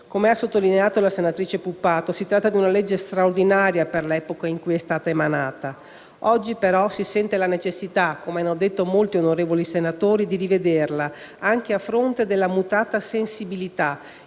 Come ha sottolineato la senatrice Puppato, si tratta di una legge straordinaria per l'epoca in cui è stata emanata. Oggi però si sente la necessità - come hanno detto molti onorevoli senatori - di rivederla, anche a fronte della mutata sensibilità